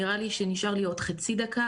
נראה לי שנשארה לי עוד חצי דקה,